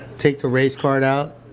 take the race card out.